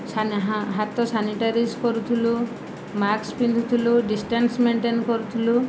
ହାତ ସାନିଟାଇଜ୍ କରୁଥିଲୁ ମାସ୍କ୍ ପିନ୍ଧୁଥିଲୁ ଡିଷ୍ଟାନ୍ସ ମେଣ୍ଟେନ୍ କରୁଥିଲୁ